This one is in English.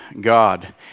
God